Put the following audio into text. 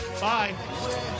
Bye